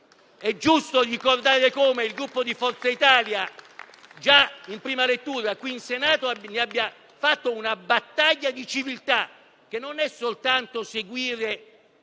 È giusto ricordare come il Gruppo Forza Italia, già in prima lettura al Senato, ne abbia fatto una battaglia di civiltà, che non vuol dire soltanto seguire